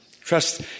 Trust